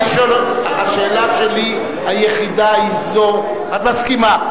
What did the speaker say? השאלה היחידה שלי היא זו: את מסכימה?